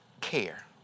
care